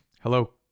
Hello